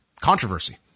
controversy